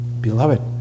Beloved